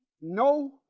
No